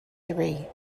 three